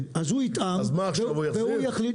אז הוא יטעם והוא יחליט,